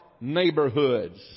neighborhoods